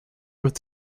with